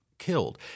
Killed